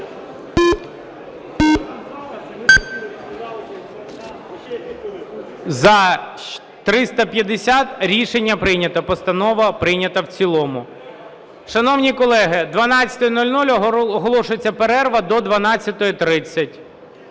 За-350 Рішення прийнято. Постанова прийнята в цілому. Шановні колеги, 12:00, оголошується перерва до 12:30.